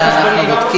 כן, כנראה כבד לו.